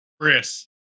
Chris